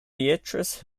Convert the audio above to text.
beatrice